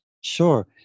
Sure